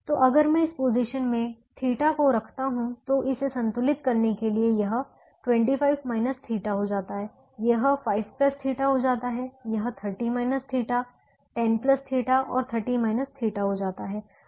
तो अगर मैं इस पोजीशन में θ को रखता हूँ तो इसे संतुलित करने के लिए यह 25 θ हो जाता है यह 5 θ हो जाता है यह 30 θ 10 θ और 30 θ हो जाता है